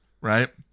Right